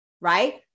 right